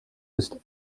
ist